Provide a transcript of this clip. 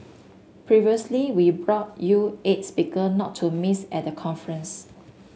previously we brought you eight speaker not to miss at the conference